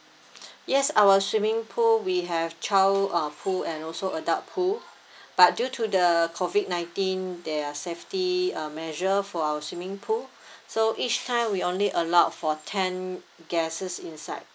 yes our swimming pool we have child uh pool and also adult pool but due to the COVID nineteen there are safety uh measure for our swimming pool so each time we only allowed for ten guests inside